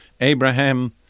Abraham